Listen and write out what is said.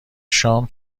شام